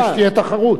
זה כדי שתהיה תחרות.